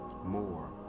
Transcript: more